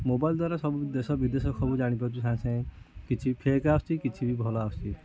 mobile ଦ୍ୱାରା ସବୁ ଦେଶ ବିଦେଶ ଖବର ସବୁ ଜାଣି ପାରୁଛି ସାଙ୍ଗେ ସାଙ୍ଗେ କିଛି ଫେକ୍ ଆସୁଛି କିଛି ବି ଭଲ ଆସୁଛି